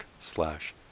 slash